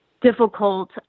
difficult